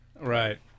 Right